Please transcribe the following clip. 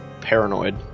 paranoid